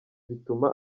bituma